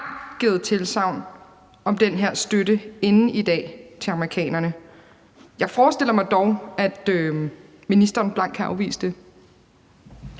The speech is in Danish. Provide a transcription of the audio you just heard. amerikanerne om den her støtte inden i dag. Jeg forestiller mig dog, at ministeren blankt kan afvise det.